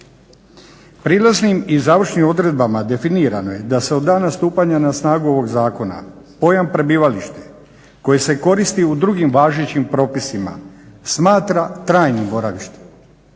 Prijelaznim i završnim odredbama definirano je da se od dana stupanja na snagu ovog Zakona pojam prebivalište koje se koristi u drugim važećim propisima smatra trajnim boravištem,